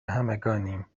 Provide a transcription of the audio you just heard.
همگانیم